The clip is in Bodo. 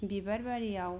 बिबार बारियाव